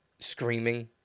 screaming